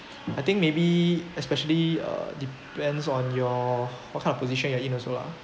I think maybe especially uh depends on your what kind of position you're in also lah